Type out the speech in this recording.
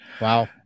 Wow